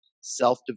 self